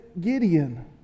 Gideon